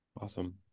Awesome